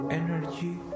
energy